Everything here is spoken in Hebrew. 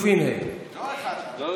לא.